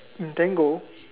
in Tango